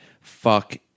fuck